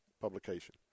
publication